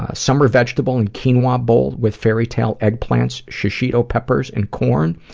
ah summer vegetable and quinoa bowl with fairy tale eggplants, shisito peppers and corn,